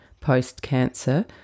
post-cancer